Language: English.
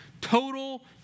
total